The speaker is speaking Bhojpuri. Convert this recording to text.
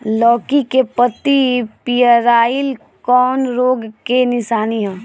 लौकी के पत्ति पियराईल कौन रोग के निशानि ह?